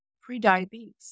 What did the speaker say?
pre-diabetes